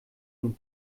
dem